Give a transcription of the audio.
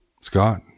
Scott